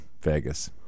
Vegas